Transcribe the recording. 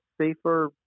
safer